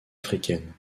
africaine